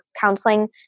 counseling